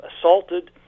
assaulted